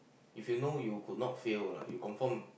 if you know you could fail lah you confirm